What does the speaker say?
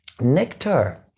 nectar